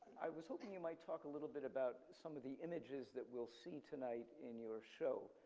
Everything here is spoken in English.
i was hoping you might talk a little bit about some of the images that we'll see tonight in your show,